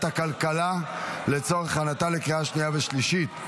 הכלכלה לצורך הכנתה לקריאה שנייה ושלישית.